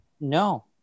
No